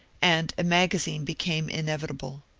and a magazine became in evitable.